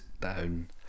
down